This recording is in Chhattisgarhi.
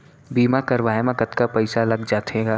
बीमा करवाए म कतका पइसा लग जाथे गा?